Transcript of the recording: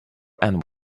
and